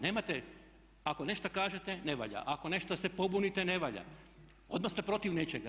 Nemate, ako nešto kažete ne valja, ako nešto se pobunite ne valja, odmah ste protiv nečega.